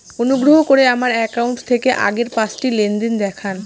অনুগ্রহ করে আমার অ্যাকাউন্ট থেকে আগের পাঁচটি লেনদেন দেখান